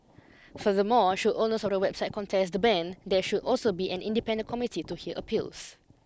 furthermore should owners of the websites contest the ban there should also be an independent committee to hear appeals